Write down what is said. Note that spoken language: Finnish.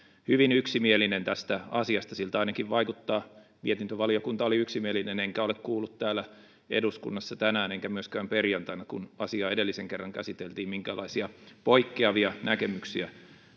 hyvin yksimielinen tästä asiasta siltä ainakin vaikuttaa mietintövaliokunta oli yksimielinen enkä ole kuullut täällä eduskunnassa tänään enkä myöskään perjantaina kun asiaa edellisen kerran käsiteltiin minkäänlaisia poikkeavia näkemyksiä